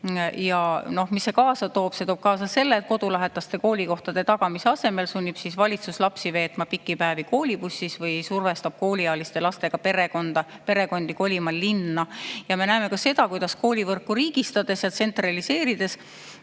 Ja mida see kaasa toob? See toob kaasa selle, et kodulähedaste koolikohtade tagamise asemel sunnib valitsus lapsi veetma pikki päevi koolibussis või survestab kooliealiste lastega perekondi linna kolima. Ja me näeme ka seda, kuidas koolivõrku riigistades ja tsentraliseerides